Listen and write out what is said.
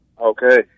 Okay